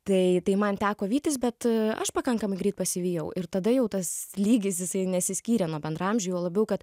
tai tai man teko vytis bet aš pakankamai greit pasivijau ir tada jau tas lygis jisai nesiskyrė nuo bendraamžių juo labiau kad